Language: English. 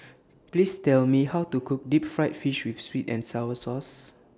Please Tell Me How to Cook Deep Fried Fish with Sweet and Sour Sauce